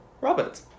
Robert